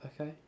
okay